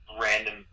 random